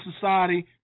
Society